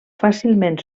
fàcilment